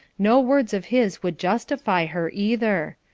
no words of his would justify her, either.